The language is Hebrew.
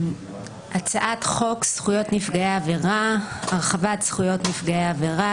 הצעת חוק זכויות נפגעי עבירה (תיקון מס'...)(הרחבת זכויות נפגעי עבירה),